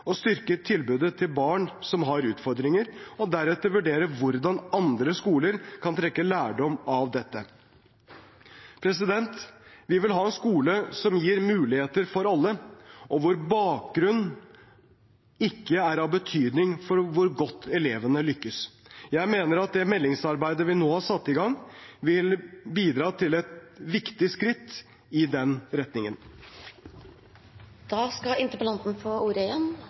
styrke tilbudet til barn som har utfordringer, og deretter vurdere hvordan andre skoler kan trekke lærdom av dette. Vi vil ha en skole som gir muligheter for alle, og hvor bakgrunn ikke er av betydning for hvor godt elevene lykkes. Jeg mener at det meldingsarbeidet vi nå har satt i gang, vil bidra til et viktig skritt i den